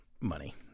money